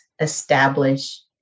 establish